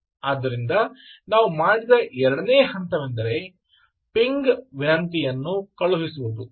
ಆದ್ದರಿಂದ ನಾವು ಮಾಡಿದ ಎರಡನೇ ಹಂತವೆಂದರೆ ಪಿಂಗ್ ವಿನಂತಿಯನ್ನು ಕಳುಹಿಸುವುದು